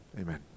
amen